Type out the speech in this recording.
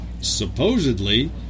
supposedly